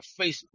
Facebook